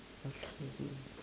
okay